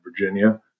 Virginia